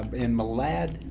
in malad,